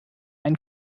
einen